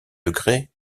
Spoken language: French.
degré